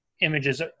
images